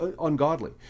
ungodly